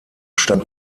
stand